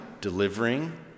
Delivering